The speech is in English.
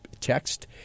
text